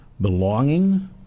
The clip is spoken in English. belonging